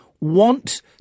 want